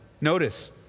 Notice